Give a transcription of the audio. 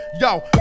Yo